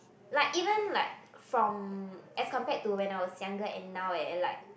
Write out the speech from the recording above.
like even like from as compared to when I was younger and now eh like